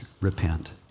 repent